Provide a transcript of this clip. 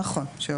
כן.